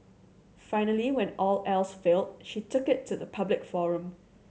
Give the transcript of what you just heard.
finally when all else failed she took it to the public forum